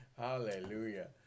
Hallelujah